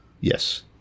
yes